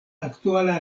aktuala